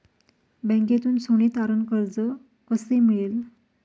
बँकेतून सोने तारण कर्ज कसे मिळेल?